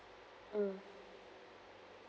mm